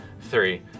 three